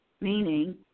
meaning